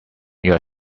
your